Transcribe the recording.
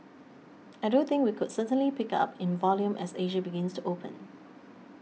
I do think we could certainly pick up in volume as Asia begins to open